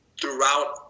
throughout